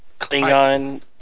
Klingon